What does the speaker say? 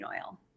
oil